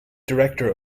director